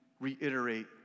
reiterate